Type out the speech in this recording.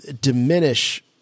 diminish